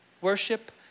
worship